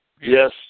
Yes